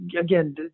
again